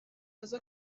aza